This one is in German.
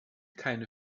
keine